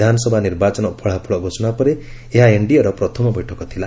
ବିଧାନସଭା ନିର୍ବାଚନ ଫଳାଫଳ ଘୋଷଣା ପରେ ଏହା ଏନ୍ଡିଏର ପ୍ରଥମ ବୈଠକ ଥିଲା